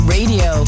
Radio